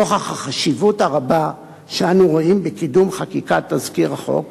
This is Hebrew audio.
נוכח החשיבות הרבה שאנו רואים בקידום חקיקת תזכיר החוק,